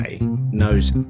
knows